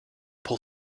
paul